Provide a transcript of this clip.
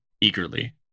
eagerly